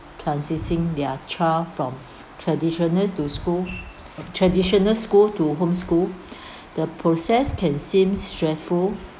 transitioning their child from traditional to school traditional school to home school the process can seem stressful